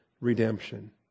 redemption